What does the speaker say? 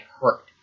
hurt